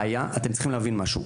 אתם צריכים להבין משהו.